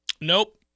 Nope